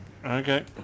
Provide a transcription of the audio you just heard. Okay